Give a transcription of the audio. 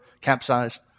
capsize